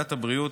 ועדת הבריאות: